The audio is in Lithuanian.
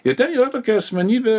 ir ten yra tokia asmenybė